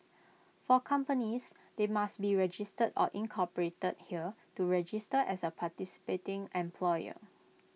for companies they must be registered or incorporated here to register as A participating employer